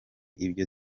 ibyo